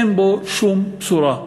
אין בו שום בשורה,